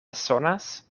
sonas